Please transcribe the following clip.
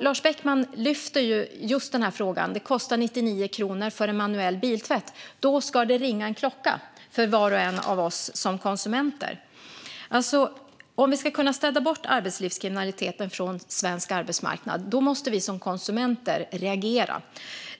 Lars Beckman säger att det kostar 99 kronor för en manuell biltvätt. Då ska det ringa en klocka för var och en av oss som konsumenter. Om vi ska kunna städa bort arbetslivskriminaliteten från svensk arbetsmarknad måste vi som konsumenter reagera.